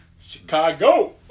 Chicago